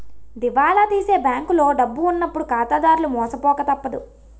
దివాలా తీసే బ్యాంకులో డబ్బు ఉన్నప్పుడు ఖాతాదారులు మోసపోక తప్పదు